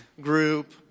group